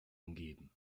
umgeben